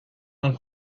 ont